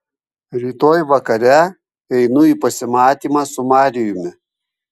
rytoj vakare einu į pasimatymą su marijumi